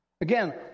Again